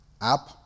app